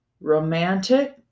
romantic